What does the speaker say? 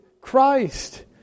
Christ